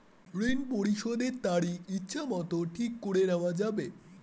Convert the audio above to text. ঋণ পরিশোধের তারিখ ইচ্ছামত ঠিক করে নেওয়া যাবে?